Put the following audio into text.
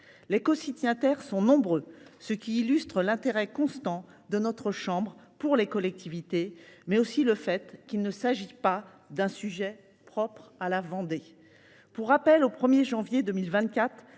Les cosignataires sont nombreux, ce qui illustre l’intérêt constant de notre chambre pour les collectivités, mais aussi le fait qu’il ne s’agit pas d’un sujet propre à la Vendée. Ainsi, au 1 janvier 2024,